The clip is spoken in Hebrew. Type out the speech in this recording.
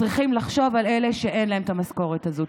צריכים לחשוב על אלה שאין להם את המשכורת הזאת.